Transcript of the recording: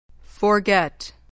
forget